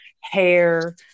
hair